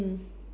mm